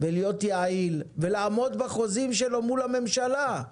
ולהיות יעיל ולעמוד בחוזים שלו מול הממשלה,